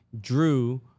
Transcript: drew